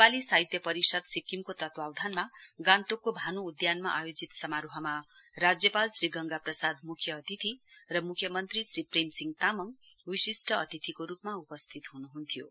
नेपाली साहित्य परिषद सिक्किमको तत्वावधानमा गान्तोकको भान् उद्यानमा आयोजित समारोहमा राज्यपाल श्री गंगा प्रसाद मुख्यअतिथि र मुख्यमन्त्री श्री प्रेमसिंह तामङ विशिष्ट अतिथिको रूपमा उपस्थित हुनुहुन्थ्यो